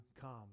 come